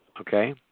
Okay